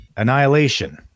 Annihilation